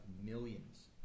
millions